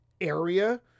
area